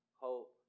hope